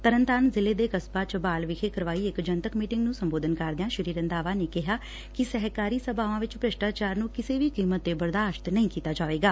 ਤਰਨਤਾਰਨ ਜ਼ਿਲੂੇ ਦੇ ਕਸਬਾ ਝਬਾਲ ਵਿਖੇ ਕਰਵਾਈ ਗਈ ਇੱਕ ਜਨਤਕ ਮੀਟਿੰਗ ਨੂੰ ਸੰਬੋਧਨ ਕਰਦਿਆਂ ਸ੍ੀ ਰੰਧਾਵਾ ਨੇ ਕਿਹਾ ਕਿ ਸਹਿਕਾਰੀ ਸਭਾਵਾਂ ਵਿੱਚ ਭ੍ਸਿਸਟਾਚਾਰ ਨੂੰ ਕਿਸੇ ਵੀ ਕੀਮਤ ਤੇ ਬਰਦਾਸ਼ਤ ਨਹੀ ਕੀਤਾ ਜਾਵੇਗਾ